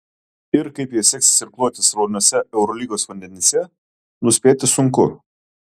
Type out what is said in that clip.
ir kaip jai seksis irkluoti srauniuose eurolygos vandenyse nuspėti sunku